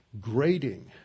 grading